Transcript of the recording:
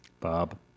Bob